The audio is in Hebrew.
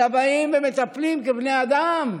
אלא באים ומטפלים, כבני אדם.